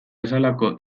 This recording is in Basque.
bezalako